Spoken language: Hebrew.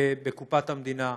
בקופת המדינה,